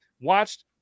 Watched